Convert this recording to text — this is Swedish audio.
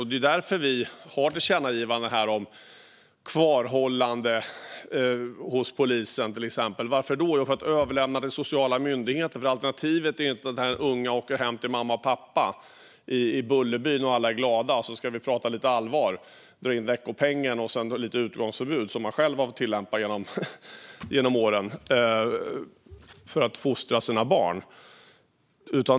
Det är därför vi föreslår tillkännagivanden här om till exempel kvarhållande hos polisen. Varför då? Jo, för att överlämna till sociala myndigheter. Alternativet är inte att den unge åker hem till mamma och pappa i Bullerbyn och att alla är glada. Sedan ska vi prata lite allvar och dra in veckopengen och ha lite utegångsförbud, som man själv har tillämpat genom åren för att fostra sina barn.